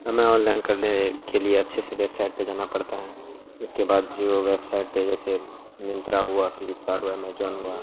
ہمیں آنلائن کرنے کے لیے اچھے سے ویبسائٹ پہ جانا پڑتا ہے اس کے بعد جو ویبسائٹ پہ جیسے منترا ہوا فلپکارٹ ہوا ایماجون ہوا